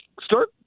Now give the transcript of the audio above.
start